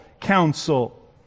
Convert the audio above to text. counsel